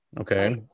Okay